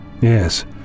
Yes